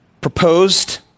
proposed